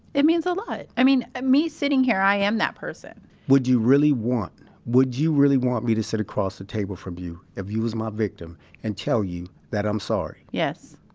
it means a lot. i mean, me sitting here, i am that person would you really want, would you really want me to sit across the table from you if you was my victim and tell you that i'm sorry? yes